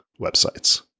websites